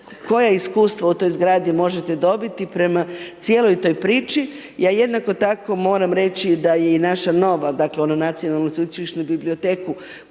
koje iskustvo u toj zgradi možete dobiti prema cijeloj toj priči. Ja jednako tako moram reći da je i naša nova, dakle, onu Nacionalnu sveučilišnu biblioteku